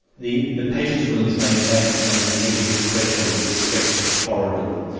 the the patient's room is maintained at at a negative pressure with respect to the corridor,